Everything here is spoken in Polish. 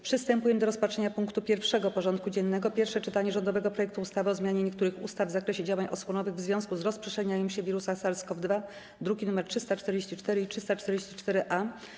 Przystępujemy do rozpatrzenia punktu 1. porządku dziennego: Pierwsze czytanie rządowego projektu ustawy o zmianie niektórych ustaw w zakresie działań osłonowych w związku z rozprzestrzenianiem się wirusa SARS-CoV-2 (druki nr 344 i 344-A)